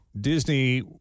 disney